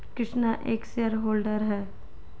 कृष्णा एक shareholder है